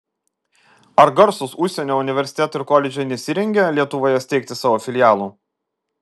ar garsūs užsienio universitetai ir koledžai nesirengia lietuvoje steigti savo filialų